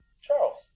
Charles